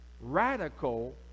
Radical